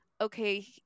okay